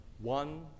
one